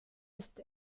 ist